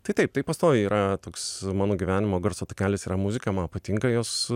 tai taip tai pastoviai yra toks mano gyvenimo garso takelis yra muzika man patinka jos